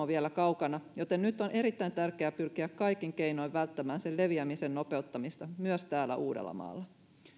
vielä kaukana joten nyt on erittäin tärkeää pyrkiä kaikin keinoin välttämään sen leviämisen nopeuttamista myös täällä uudellamaalla